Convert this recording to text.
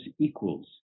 equals